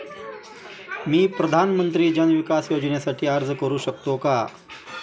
मी प्रधानमंत्री जन विकास योजनेसाठी अर्ज करू शकतो का?